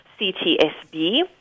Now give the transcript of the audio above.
CTSB